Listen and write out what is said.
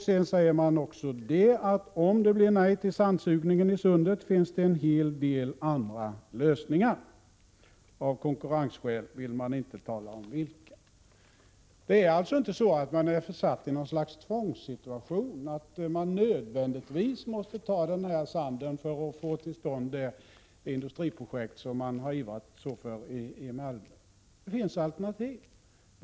Det framhålls vidare: Om det blir nej till sandsugningen i sundet finns det en hel del andra lösningar. Av konkurrensskäl vill man inte tala om vilka lösningar som åsyftas. Man är alltså inte försatt i någon slags tvångssituation, där man nödvändigtvis måste ta sand från det just nu aktuella stället för att förverkliga det industriprojekt som man har ivrat så mycket för i Malmö, utan det finns alternativ.